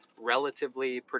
relatively